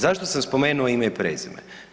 Zašto sam spomenuo ime i prezime?